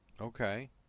Okay